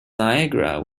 niagara